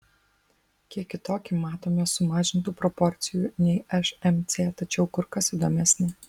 kiek kitokį matome sumažintų proporcijų nei šmc tačiau kur kas įdomesnį